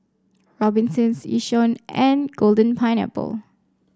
Robinsons Yishion and Golden Pineapple